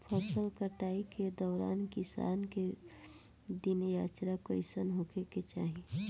फसल कटाई के दौरान किसान क दिनचर्या कईसन होखे के चाही?